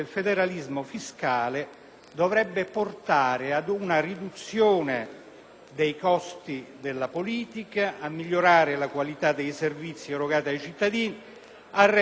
dei costi della politica, a migliorare la qualità dei servizi erogati ai cittadini e a rendere più efficienti i rapporti tra cittadini e istituzioni.